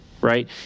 Right